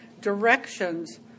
Directions